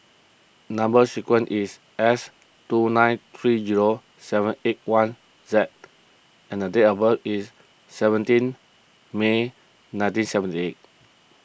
Number Sequence is S two nine three zero seven eight one Z and the date of birth is seventeen May nineteen seventy eight